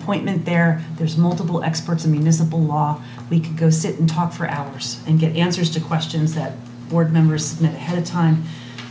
appointment there there's multiple experts in municipal law we can go sit and talk for hours and get the answers to questions that board members had time